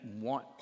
want